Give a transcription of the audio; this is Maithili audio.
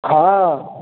हँ